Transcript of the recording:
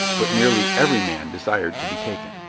but nearly every man desired to be taken.